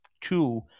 two